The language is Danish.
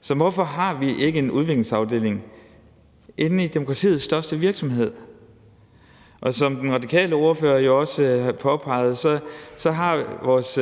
Så hvorfor har vi ikke en udviklingsafdeling inde i demokratiets største virksomhed? Og som den radikale ordfører jo også påpegede, har vores